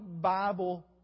Bible